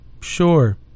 sure